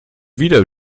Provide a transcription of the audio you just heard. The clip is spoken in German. wieder